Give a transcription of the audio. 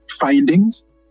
findings